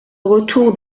retour